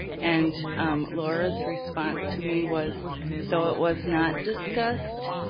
and laura's response to me was though it was not discussed,